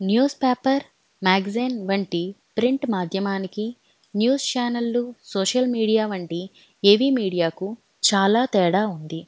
news paper magazine వంటి print మాధ్యమానికి news ఛానళ్ళ సోషల్ మీడియా వంటి ఏవి మీడియాకు చాలా తేడా ఉంది